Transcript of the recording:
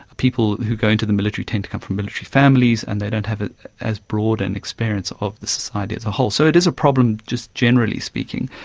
people who go into the military tend to come from military families and they don't have as broad an experience of the society as a whole. so it is a problem, just generally speaking.